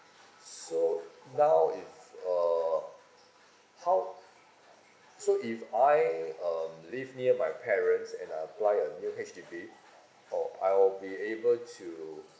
so now if uh how so if I um live near my parents and I apply a new H_D_B uh I'll be able to